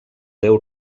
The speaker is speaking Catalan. déu